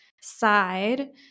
side